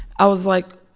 i was, like,